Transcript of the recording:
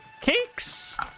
Cakes